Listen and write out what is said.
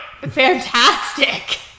Fantastic